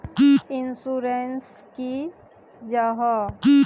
Insurance की जाहा?